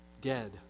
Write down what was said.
dead